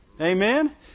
Amen